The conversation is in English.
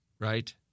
right